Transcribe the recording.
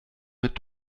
mit